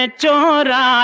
chora